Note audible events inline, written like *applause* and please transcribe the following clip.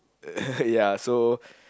*laughs* ya so